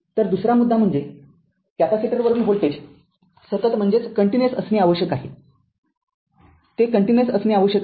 तरदुसरा मुद्दा म्हणजे कॅपेसिटरवरील व्होल्टेज सतत असणे आवश्यक आहे ते सतत असणे आवश्यक आहे